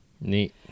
Neat